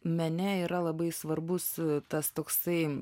mene yra labai svarbus tas toksai